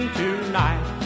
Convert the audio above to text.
tonight